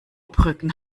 brücken